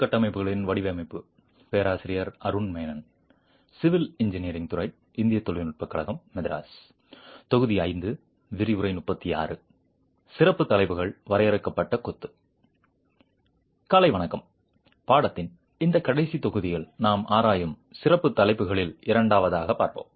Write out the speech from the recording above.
காலை வணக்கம் பாடத்தின் இந்த கடைசி தொகுதியில் நாம் ஆராயும் சிறப்பு தலைப்புகளில் இரண்டாவதாக பார்ப்போம்